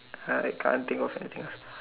I can't think of anything else